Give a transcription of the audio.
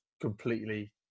completely